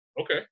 okay